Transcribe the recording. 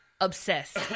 Obsessed